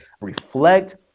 reflect